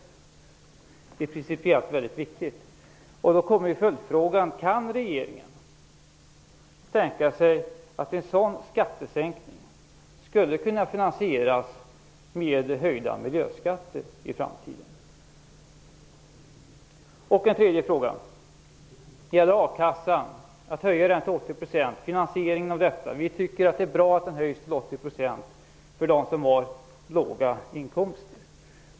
Detta är principiellt väldigt viktigt. Min fråga blir alltså: Kan regeringen tänka sig att en sådan skattesänkning i framtiden skulle kunna finansieras med höjda miljöskatter? Sedan till en tredje fråga som gäller a-kassans höjning till 80 % samt finansieringen av detta. Vi tycker att en höjning av a-kassan till 80 % är bra för dem som har låga inkomster.